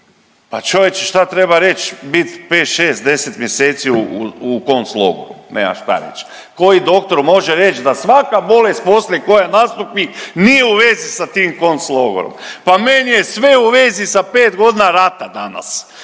pa čovječe šta treba reć bit pet, šest, deset mjeseci u konclogoru nema šta reć. Koji doktor može reć da svaka bolest poslije koja nastupi nije u vezi sa tim konclogorom? Pa meni je sve u vezi sa pet godina rata danas